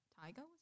Tiger